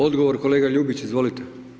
Odgovor kolega Ljubić, izvolite.